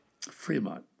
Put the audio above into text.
Fremont